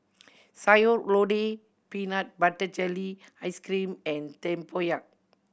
Sayur Lodeh peanut butter jelly ice cream and tempoyak